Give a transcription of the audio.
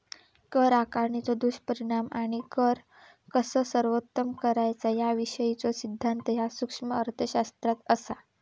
कर आकारणीचो दुष्परिणाम आणि कर कसा सर्वोत्तम करायचा याविषयीचो सिद्धांत ह्या सूक्ष्म अर्थशास्त्रात असा